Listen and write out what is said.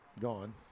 gone